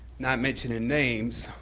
not mentioning names,